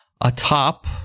atop